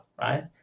right